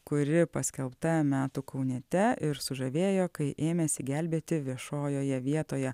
kuri paskelbta metų kauniete ir sužavėjo kai ėmėsi gelbėti viešojoje vietoje